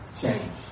change